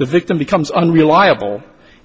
the victim becomes unreliable